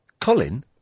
Colin